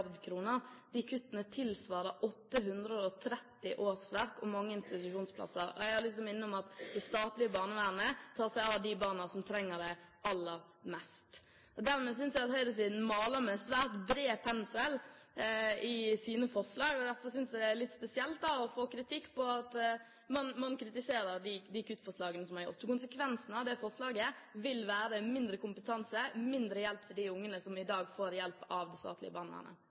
kroner. De kuttene tilsvarer 830 årsverk og mange institusjonsplasser. Jeg har lyst til å minne om at det statlige barnevernet tar seg av de barna som trenger det aller mest. Dermed synes jeg at høyresiden maler med en svært bred pensel i sine forslag, og at det er litt spesielt at man kritiserer de kuttforslagene som er gjort. Konsekvensen av det forslaget vil være mindre kompetanse, mindre hjelp til de ungene som i dag får hjelp av det statlige